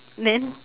then